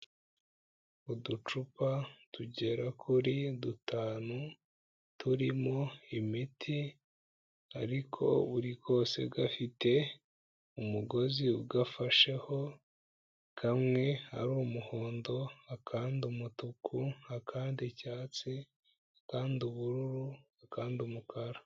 Uducupa tugera kuri dutanu, turimo imiti ariko buri kose gafite umugozi ugafasheho, kamwe ari umuhondo, akandi umutuku, akandi icyatsi, akandi ubururu, akandi umukara.